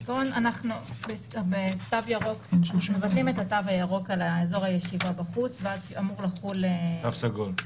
אנחנו בתו ירוק על אזור הישבה בחוץ ואז אמור לעבור לתו סגול,